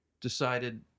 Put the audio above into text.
decided